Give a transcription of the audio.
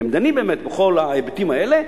הן דנות באמת בכל ההיבטים האלה,